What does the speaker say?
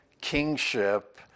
kingship